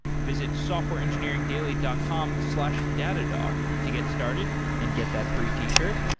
visit softwareengineeringdaily dot com slash datadog to get started and get that free t-shirt.